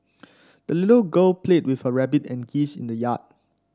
the little girl played with her rabbit and geese in the yard